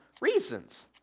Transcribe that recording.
reasons